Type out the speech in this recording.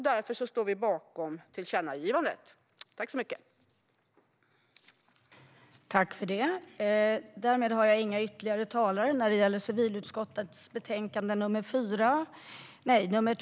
Därför står vi bakom tillkännagivandet.